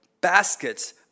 baskets